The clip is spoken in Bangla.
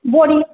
বড়ি